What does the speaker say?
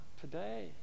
today